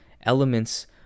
elements